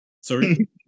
Sorry